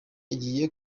igiye